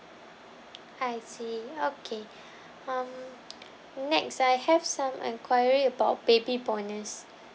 I see okay um next I have some enquiry about baby bonus